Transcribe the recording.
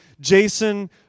Jason